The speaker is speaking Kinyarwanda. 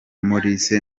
maurice